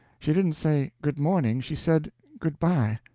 she didn't say good morning, she said good-by.